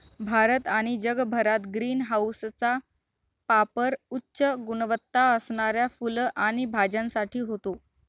भारत आणि जगभरात ग्रीन हाऊसचा पापर उच्च गुणवत्ता असणाऱ्या फुलं आणि भाज्यांसाठी होतो